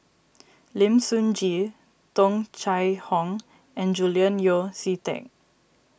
Lim Sun Gee Tung Chye Hong and Julian Yeo See Teck